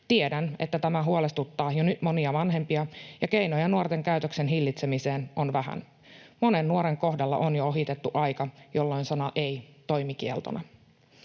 Tiedän, että tämä huolestuttaa jo nyt monia vanhempia, ja keinoja nuorten käytöksen hillitsemiseen on vähän. Monen nuoren kohdalla on jo ohitettu aika, jolloin sana ”ei” toimi kieltona.